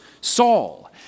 Saul